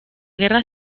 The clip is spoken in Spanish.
guerra